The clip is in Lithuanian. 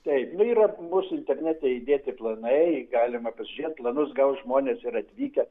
taip nu yra bus internete įdėti planai galima pasižiūrėt planus gaus žmonės ir atvykę